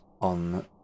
On